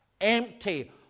empty